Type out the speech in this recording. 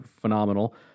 phenomenal